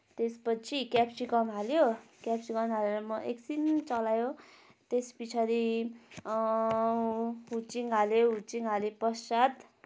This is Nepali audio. त्यसपछि क्याप्सिकम हाल्यो क्याप्सिकम हालेर एकछिन चलायो त्यसपछाडि हुचिङ हाल्यो हुचिङ हालेपश्चात